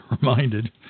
reminded